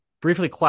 briefly